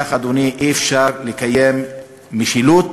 כך, אדוני, אי-אפשר לקיים משילות.